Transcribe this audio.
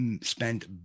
spent